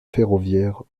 ferroviaire